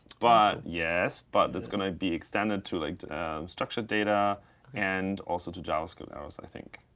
but yes. but that's going to be extended to like to structured data and also to javascript errors, i think.